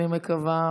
אני מקווה,